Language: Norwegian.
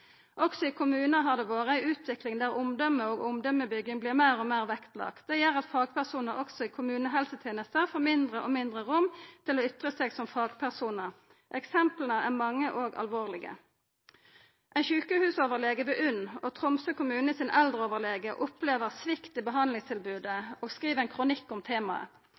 Også i kommunar har det vore ei utvikling der omdømme og omdømmebygging vert meir og meir vektlagd. Det gjer at fagpersonar også i kommunehelsetenesta får mindre og mindre rom til å ytra seg som fagpersonar. Eksempla er mange og alvorlege. Ein sjukehusoverlege ved UNN og Tromsø kommune sin eldreoverlege opplever svikt i behandlingstilbodet og skriv ein kronikk om temaet.